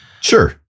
Sure